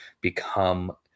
become